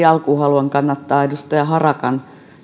alkuun haluan kannattaa edustaja harakan